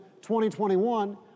2021